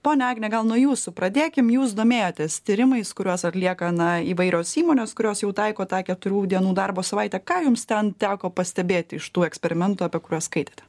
ponia agne gal nuo jūsų pradėkim jūs domėjotės tyrimais kuriuos atlieka na įvairios įmonės kurios jau taiko tą keturių dienų darbo savaitę ką jums ten teko pastebėt iš tų eksperimentų apie kuriuos skaitėte